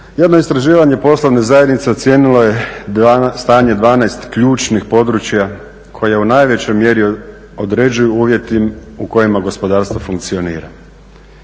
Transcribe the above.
Jedno istraživanje poslovne zajednice ocijenilo je stanje 12 ključnih područja koje u najvećoj mjeri određuju uvjeti u kojima gospodarstvo funkcionira,